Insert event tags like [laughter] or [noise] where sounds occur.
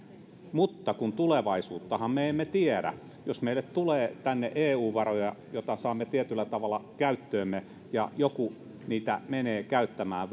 mutta tulevaisuuttahan me emme tiedä jos meille tulee tänne eu varoja joita saamme tietyllä tavalla käyttöömme ja joku niitä menee käyttämään [unintelligible]